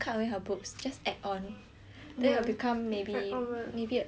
then it will become maybe maybe a C